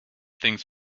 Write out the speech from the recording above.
things